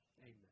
Amen